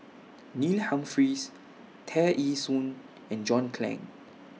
Neil Humphreys Tear Ee Soon and John Clang